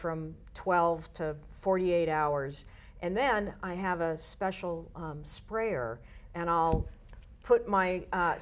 from twelve to forty eight hours and then i have a special sprayer and i'll put my